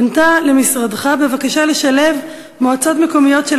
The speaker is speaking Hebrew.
פנתה למשרדך בבקשה לשלב מועצות מקומיות של